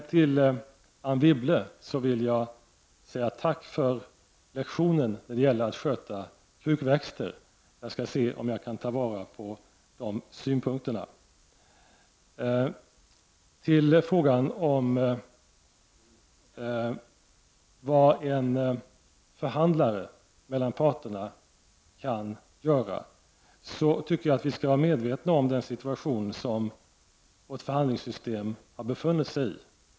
Till Anne Wibble vill jag säga tack för lektionen när det gäller att sköta krukväxter. Jag skall se om jag kan ta vara på de synpunkterna. Till frågan om vad en förhandlare mellan parterna kan göra vill jag säga att jag tycker att vi skall vara medvetna om den situation som vårt förhandlingssystem har befunnit sig i.